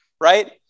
right